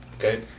Okay